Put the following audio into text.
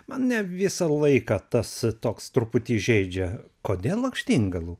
mane visą laiką tas toks truputį žeidžia kodėl lakštingalų